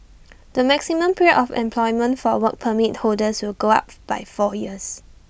the maximum period of employment for Work Permit holders will go up by four years